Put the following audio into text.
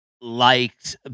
liked